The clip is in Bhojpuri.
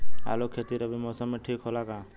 आलू के खेती रबी मौसम में ठीक होला का?